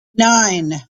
nine